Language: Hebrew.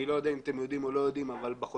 אני לא יודע אם אתם יודעים או לא יודעים אבל בחודשיים,